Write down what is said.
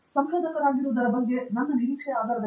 ಸಂಶೋಧಕರಾಗಿರುವುದರ ಬಗ್ಗೆ ನನ್ನ ನಿರೀಕ್ಷೆಯ ಆಧಾರದ ಮೇಲೆ